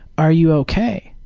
are you ok?